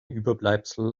überbleibsel